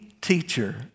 teacher